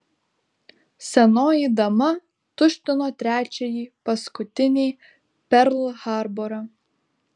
senoji dama tuštino trečiąjį paskutinį perl harborą